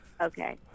Okay